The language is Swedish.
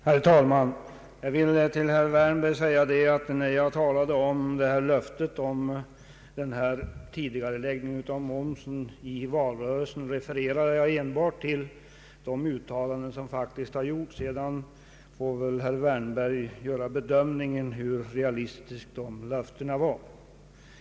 Herr talman! Jag vill till herr Wärnberg säga att när jag pekade på löftet i valrörelsen om en tidigareläggning av momsen så refererade jag uteslutande till uttalanden härom som gjordes under valrörelsen. Sedan får väl herr Wärnberg själv göra en bedömning av hur realistiskt detta löfte var.